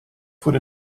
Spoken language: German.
wurde